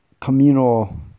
communal